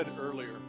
earlier